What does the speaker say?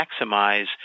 maximize